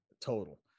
total